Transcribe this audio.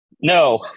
No